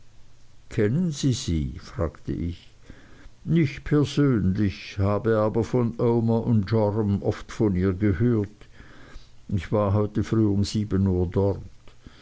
kennen sie sie fragte ich nicht persönlich habe aber von omer joram oft von ihr gehört ich war heute früh um sieben uhr dort